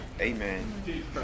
Amen